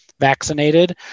vaccinated